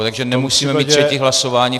Takže nemusíme mít třetí hlasování.